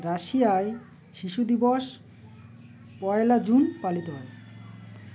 রাশিয়ায় শিশু দিবস পয়লা জুন পালিত হয়